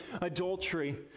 adultery